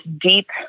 deep